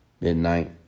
midnight